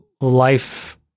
life